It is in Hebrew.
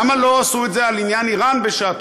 למה לא עשו את זה על עניין איראן בשעתו?